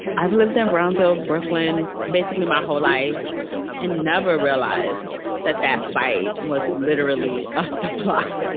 i've lived in brownsville, brooklyn, basically my whole life and never realized that that fight was literally up the block.